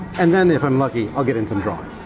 and then if i'm lucky, i'll get in some drawing.